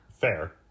fair